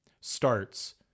starts